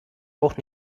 auch